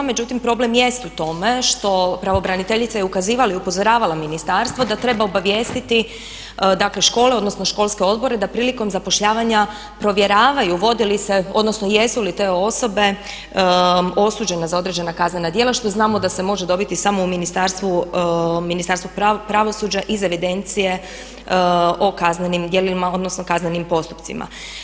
Međutim, problem jest u tome što pravobraniteljica je ukazivala i upozoravala ministarstvo da treba obavijestiti dakle škole odnosno školske odbore da prilikom zapošljavanja provjeravaju vodi li se, odnosno jesu li te osobe osuđene za određena kaznena djela što znamo da se može dobiti samo u Ministarstvu pravosuđa iz evidencije o kaznenim djelima odnosno kaznenim postupcima.